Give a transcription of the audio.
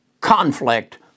conflict